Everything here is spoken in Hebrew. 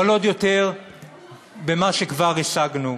אבל עוד יותר במה שכבר השגנו.